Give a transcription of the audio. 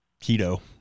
Keto